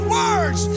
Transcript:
words